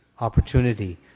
opportunity